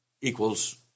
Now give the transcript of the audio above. equals